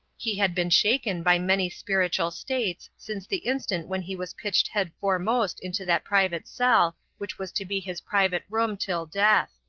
he had been shaken by many spiritual states since the instant when he was pitched head foremost into that private cell which was to be his private room till death.